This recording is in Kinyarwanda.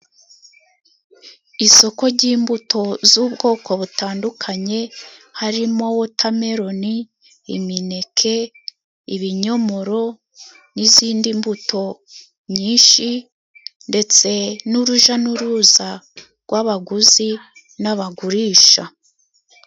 Isoko ry'imbuto z'ubwoko butandukanye harimo wotameloni, imineke, ibinyomoro n'izindi mbuto nyinshi, ndetse n'uruja n'uruza rw'abaguzi n'abagurisha.